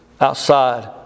outside